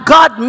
God